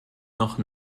noch